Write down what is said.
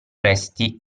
resti